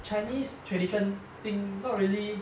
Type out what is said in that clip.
chinese tradition thing not really